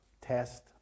test